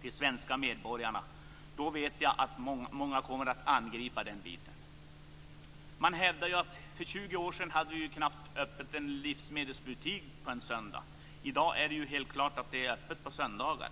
till de svenska medborgarna vet jag att många kommer att angripa den biten. Man hävdar att vi ju knappt hade en livsmedelsbutik öppen på en söndag för 20 år sedan. I dag är det helt klart att det är öppet på söndagar.